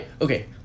Okay